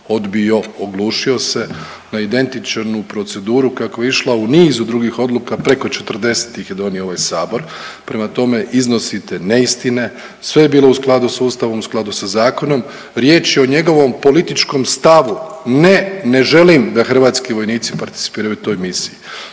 odbio, oglušio se na identičnu proceduru kakva je išla u nizu drugih odluka. Preko 40 ih je donio ovaj Sabor. Prema tome, iznosite neistine. Sve je bilo u skladu sa Ustavom, u skladu sa zakonom. Riječ je o njegovom političkom stavu ne, ne želim da hrvatski vojnici participiraju u toj misiji.